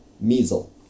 Measle